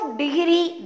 degree